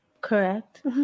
Correct